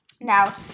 Now